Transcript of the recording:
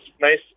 nice